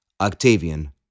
Octavian